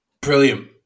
Brilliant